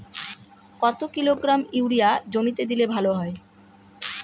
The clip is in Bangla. কত কিলোগ্রাম ইউরিয়া জমিতে দিলে ভালো হয়?